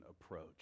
approach